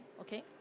okay